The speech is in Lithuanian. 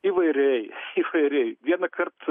įvairiai įvairiai vienąkart